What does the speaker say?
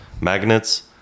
magnets